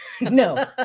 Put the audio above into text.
no